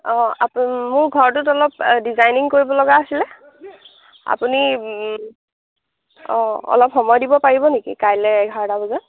অঁ আপুনি মোৰ ঘৰটোত অলপ ডিজাইনিং কৰিব লগা আছিল আপুনি অঁ অলপ সময় দিব পাৰিব নেকি কাইলৈ এঘাৰটা বজাত